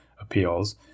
appeals